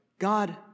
God